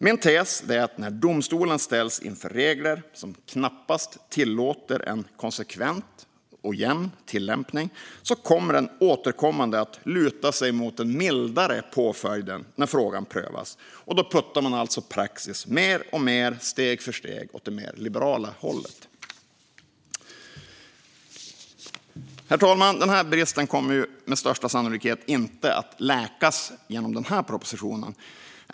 Min tes är att när domstolen ställs inför regler som knappast tillåter en konsekvent och jämn tillämpning kommer den återkommande att luta mot den mildare påföljden när frågan prövas. Därmed puttar man alltså praxis mer och mer, steg för steg åt det mer liberala hållet. Herr talman! Den här bristen kommer med största säkerhet inte att läkas genom den här propositionen.